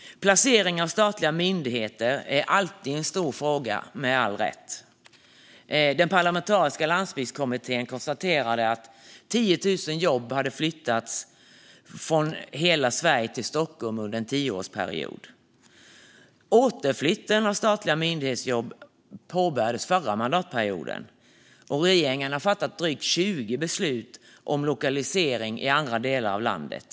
Placering av statliga myndigheter är alltid en stor fråga, med all rätt. Den parlamentariska landsbygdskommittén konstaterade att 10 000 jobb hade flyttats från hela Sverige till Stockholm under en tioårsperiod. Återflytten av statliga myndighetsjobb påbörjades under förra mandatperioden. Regeringen har fattat drygt 20 beslut om lokalisering i andra delar av landet.